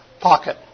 pocket